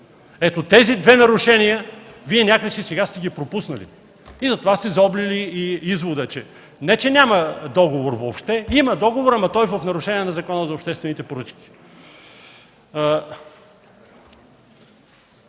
Ето тези две нарушения Вие някак си сега сте ги пропуснали. И затова сте заоблили и извода: не че няма договор въобще, има договор, ама той е в нарушение на Закона за обществените поръчки.